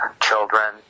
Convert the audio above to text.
children